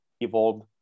evolved